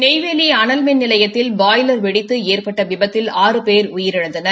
நெய்வேலி அனுமின் நிலையத்தில் பாய்லா் வெடித்து ஏற்பட்ட விபத்தில் ஏழு பேர் உயிரிழந்தனர்